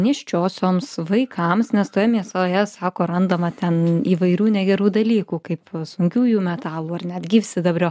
nėščiosioms vaikams nes toje mėsoje sako randama ten įvairių negerų dalykų kaip sunkiųjų metalų ar net gyvsidabrio